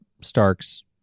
stark's